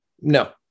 No